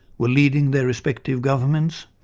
were leading their respective governments,